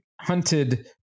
hunted